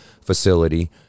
facility